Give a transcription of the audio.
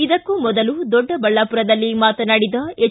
ಇದಕ್ಕೂ ಮೊದಲು ದೊಡ್ಡಬಳ್ಳಾಪುರದಲ್ಲಿ ಮಾತನಾಡಿದ ಎಚ್